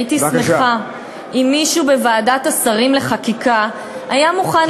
הייתי שמחה אם מישהו בוועדת השרים לחקיקה היה מוכן להסביר לי,